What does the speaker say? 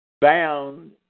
Bound